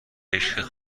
عشق